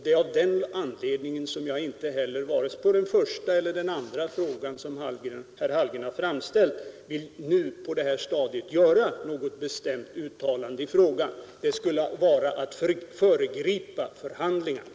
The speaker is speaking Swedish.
Det är av den anledningen som jag på det här stadiet inte vill göra något bestämt uttalande beträffande vare sig den första eller den andra frågan som herr Hallgren framställt. Det skulle vara att föregripa förhandlingarna.